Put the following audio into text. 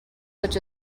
such